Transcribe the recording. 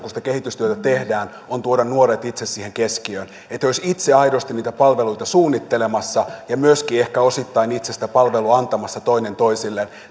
kun sitä kehitystyötä tehdään on tuoda nuoret itse siihen keskiöön niin että he olisivat itse aidosti niitä palveluita suunnittelemassa ja myöskin ehkä osittain itse sitä palvelua antamassa toinen toisilleen tämä